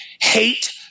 hate